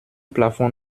plafond